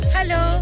Hello